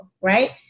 right